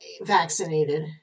vaccinated